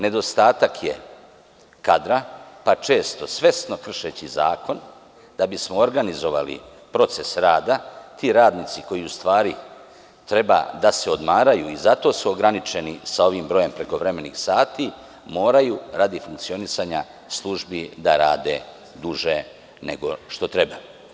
Nedostatak je kadra, pa često, svesno kršeći zakon, da bismo organizovali proces rada, ti radnici koji u stvari treba da se odmaraju, i zato su ograničeni sa ovim brojem prekovremenih sati, moraju radi funkcionisanja službi da rade duže nego što treba.